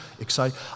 exciting